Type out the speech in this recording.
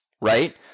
right